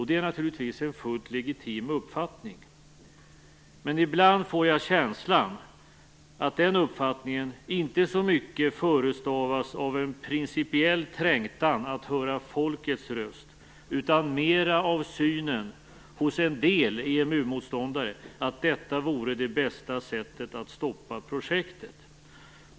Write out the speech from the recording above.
Det är naturligtvis en fullt legitim uppfattning, men ibland får jag känslan att den uppfattningen inte så mycket förestavas av en principiell trängtan att höra folkets röst utan mer av synen hos en del EMU-motståndare att detta vore det bästa sättet att stoppa projektet.